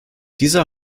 dieser